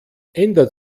ändert